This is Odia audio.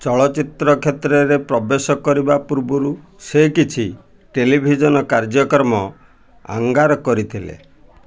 ଚଳଚ୍ଚିତ୍ର କ୍ଷେତ୍ରରେ ପ୍ରବେଶ କରିବା ପୂର୍ବରୁ ସେ କିଛି ଟେଲିଭିଜନ୍ କାର୍ଯ୍ୟକ୍ରମ ଆଙ୍କର୍ କରିଥିଲେ